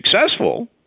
successful